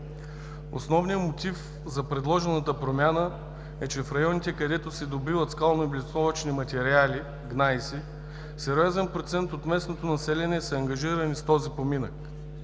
Основният мотив за предложената промяна е, че в районите, където се добиват скалнооблицовъчни материали, сериозен процент от местното население е ангажирано с този поминък.